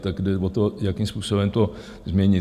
Tak jde o to, jakým způsobem to změnit.